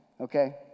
Okay